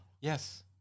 Yes